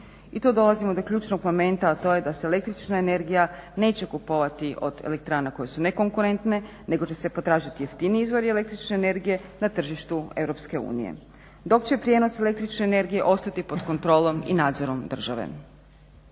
I tu dolazimo do ključnog momenta, a to je da se električna energija neće kupovati od elektrana koje su nekonkurentne nego će se potražiti jeftiniji izvori električne energije na tržištu EU dok će prijenos električne energije ostati pod kontrolom i nadzorom države.